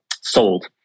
sold